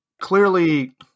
clearly